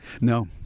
No